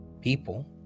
people